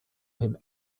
him